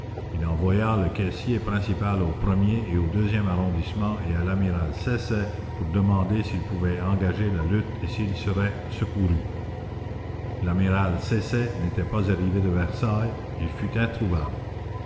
il envoya le caissier principal au premier et au deuxième arrondissement et à l'amiral saisset pour demander s'il pouvait engager la lutte et s'il serait secouru l'amiral saisset n'était pas arrivé de versailles il fut introuvable